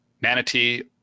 Manatee